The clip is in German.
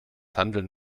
handeln